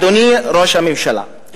אדוני ראש הממשלה,